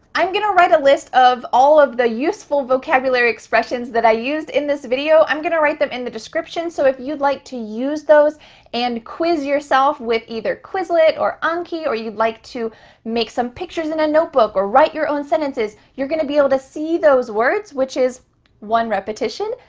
i'm gonna write a list of all of the useful vocabulary expressions that i used in this video. i'm gonna write them in the description, so if you'd like to use those and quiz yourself with either quizlet or anki, or you'd like to make some pictures in a notebook or write your own sentences, you're gonna be able to see those words, which is one, repetition.